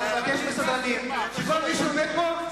אני מבקש מהסדרנים שכל מי שעומד פה,